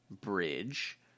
Bridge